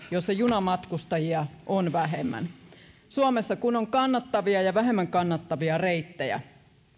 joissa junamatkustajia on vähemmän suomessa kun on kannattavia ja vähemmän kannattavia reittejä